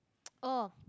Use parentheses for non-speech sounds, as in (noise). (noise) orh